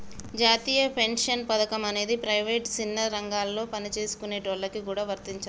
జాతీయ పెన్షన్ పథకం అనేది ప్రైవేటుగా సిన్న రంగాలలో పనిచేసుకునేటోళ్ళకి గూడా వర్తించదు